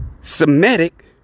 Semitic